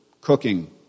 cooking